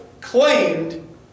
claimed